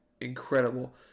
incredible